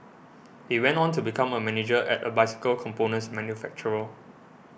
he went on to become a manager at a bicycle components manufacturer